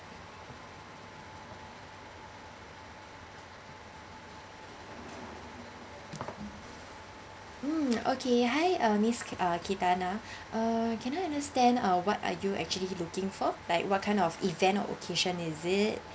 mm okay hi uh miss uh cathana uh can I understand uh what are you actually looking for like what kind of event occasion is it